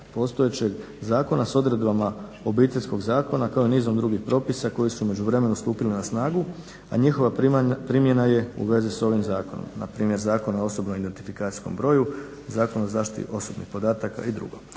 postojećeg zakona s odredbama Obiteljskog zakona kao i nizom drugih propisa koji su u međuvremenu stupili na snagu, a njihova primjena je u vezi s ovim zakonom. Npr. Zakon o osobnom identifikacijskom broju, Zakon o zaštiti osobnih podataka i drugo.